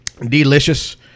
Delicious